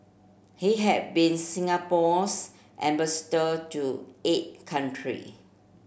he had been Singapore's ambassador to eight country